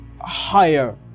higher